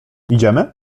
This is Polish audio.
idziemy